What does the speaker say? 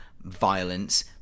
violence